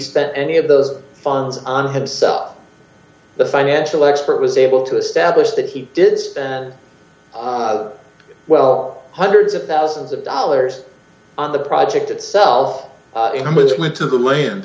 spent any of those funds on himself the financial expert was able to establish that he did spend well hundreds of thousands of dollars on the project itself most went to the